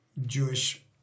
Jewish